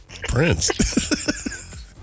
Prince